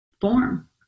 form